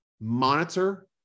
monitor